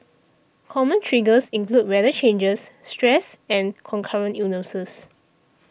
common triggers include weather changes stress and concurrent illnesses